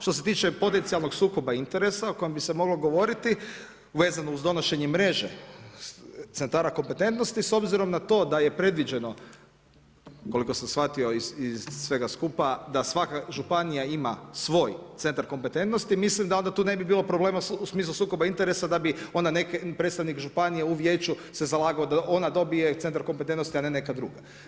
Što se tiče potencijalnog sukoba interesa o kojem bi se moglo govoriti vezano uz donošenje mreže centara kompetentnosti, s obzirom na to da je predviđeno koliko sam shvatio iz svega skupa da svaka županija ima svoj centar kompetentnosti, mislim da onda tu ne bi bilo problema u smislu sukoba interesa da bi ona neke, da bi predstavnik županije u vijeću se zalagao da ona dobije centar kompetentnosti, a ne neka druga.